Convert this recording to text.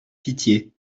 pitié